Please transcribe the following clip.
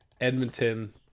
edmonton